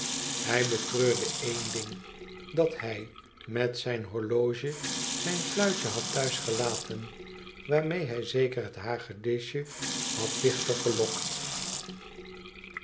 hij betreurde een ding dat hij met zijn horloge zijn fluitje had thuis gelaten waarmee hij zeker het hagedisje had dichter gelokt